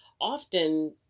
often